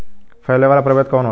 फैले वाला प्रभेद कौन होला?